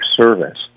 service